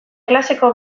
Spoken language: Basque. klaseko